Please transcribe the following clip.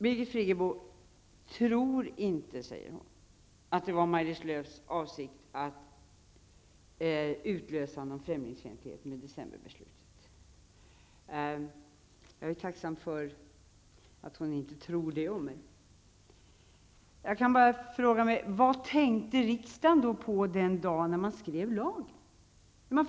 Birgit Friggebo säger att hon inte tror att det var Maj-Lis Lööws avsikt med decemberbeslutet att utlösa en främlingsfientlighet. Jag är tacksam för att hon inte tror det om mig. Men jag frågar mig: Vad tänkte riksdagen på den dag man stiftade lagen?